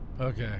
Okay